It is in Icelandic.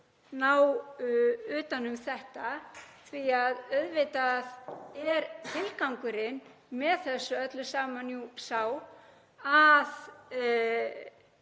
ná utan um þetta, því að auðvitað er tilgangurinn með þessu öllu saman jú sá að